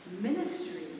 ministry